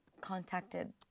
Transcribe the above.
contacted